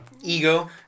ego